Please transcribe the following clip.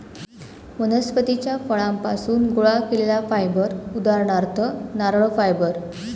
वनस्पतीच्या फळांपासुन गोळा केलेला फायबर उदाहरणार्थ नारळ फायबर